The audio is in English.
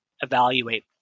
evaluate